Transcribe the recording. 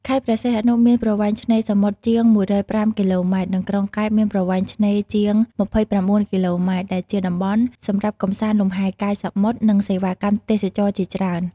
ខេត្តព្រះសីហនុមានប្រវែងឆ្នេរសមុទ្រជាង ១០៥ គីឡូម៉ែត្រ និងក្រុងកែបមានប្រវែងឆ្នេរជាង ២៦ គីឡូម៉ែត្រ ដែលជាតំបន់សម្រាប់កម្សាន្តលំហែកាយសមុទ្រ និង សេវាកម្មទេសចរណ៍ជាច្រើន។